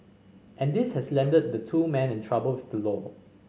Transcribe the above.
and this has landed the two men in trouble with the law